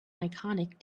iconic